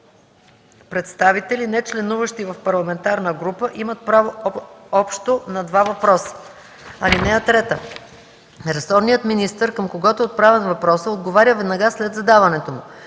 представители, нечленуващи в парламентарна група, имат право общо на два въпроса. (3) Ресорният министър, към когото е отправен въпроса, отговаря веднага след задаването му.